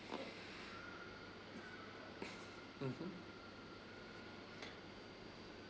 mmhmm